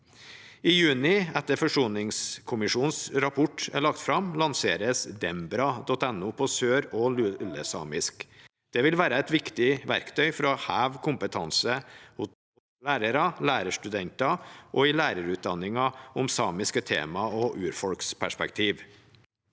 I juni, etter at forsoningskommisjonens rapport er lagt fram, lanseres dembra.no på sør- og lulesamisk. Det vil være et viktig verktøy for å heve kompetansen hos lærere, lærerstudenter og i lærerutdanningen om samiske temaer og urfolksperspektiv.